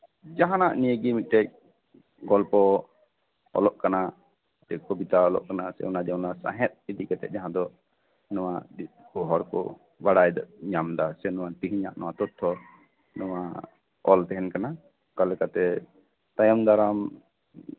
ᱡᱟᱦᱟᱸᱱᱟᱜ ᱱᱤᱭᱮ ᱜᱮ ᱢᱤᱫᱴᱮᱡ ᱜᱚᱞᱯᱚ ᱚᱞᱚᱜ ᱠᱟᱱᱟ ᱥᱮ ᱠᱚᱵᱤᱛᱟ ᱚᱞᱚᱜ ᱠᱟᱱᱟ ᱥᱮ ᱚᱱᱟ ᱫᱚ ᱚᱱᱟ ᱥᱟᱶᱦᱮᱫ ᱤᱫᱤ ᱠᱟᱛᱮ ᱡᱟᱦᱟᱸ ᱫᱚ ᱡᱟᱦᱟᱸ ᱰᱤᱥᱠᱳᱵᱷᱟᱨ ᱦᱚᱲ ᱠᱚ ᱵᱟᱲᱟᱭ ᱧᱟᱢᱮᱫᱟ ᱥᱮ ᱛᱮᱦᱮᱧᱟᱜ ᱛᱚᱛᱷᱚ ᱚᱞ ᱛᱟᱦᱮᱸᱱ ᱠᱟᱱᱟ ᱚᱱᱠᱟ ᱞᱮᱠᱟᱛᱮ ᱛᱟᱭᱚᱢ ᱫᱟᱨᱟᱢ